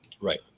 right